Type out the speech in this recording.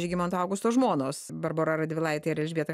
žygimanto augusto žmonos barbora radvilaitė ir elžbieta